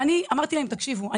אמרתי להם תקשיבו,